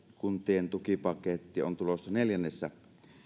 kuntien tukipaketti on tulossa neljännessä